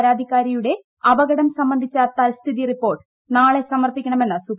പരാതിക്കാരിയുടെ അപ്പകടം സംബന്ധിച്ച തൽസ്ഥിതി റിപ്പോർട്ട് നാളെ സ്മ്ർപ്പിക്കണമെന്ന് സുപ്രീംകോടതി